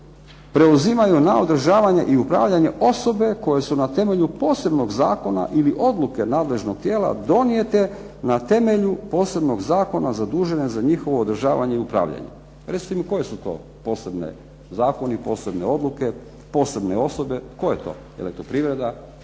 preuzimaju na održavanje i upravljanje osobe koje su na temelju posebnog Zakona ili odluke nadležnog tijela donijete na temelju posebnog Zakona zadužene za njihovo održavanje i upravljanje. Recite mi koji su to posebni zakoni, posebne odluke, posebne … tko je to elektroprivreda,